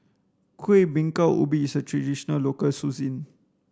kuih bingka ubi is a traditional local cuisine